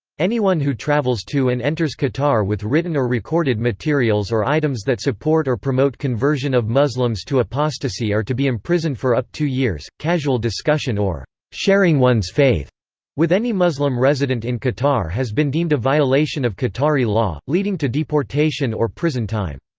anyone who travels to and enters qatar with written or recorded materials or items that support or promote conversion of muslims to apostasy are to be imprisoned for up two years casual discussion or sharing one's faith with any muslim resident in qatar has been deemed a violation of qatari law, leading to deportation or prison time.